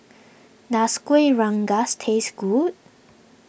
does Kueh Rengas taste good